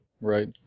right